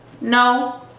no